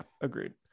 agreed